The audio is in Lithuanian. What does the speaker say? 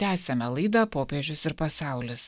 tęsiame laidą popiežius ir pasaulis